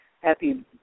happy